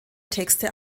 texte